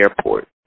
airport